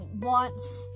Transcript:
wants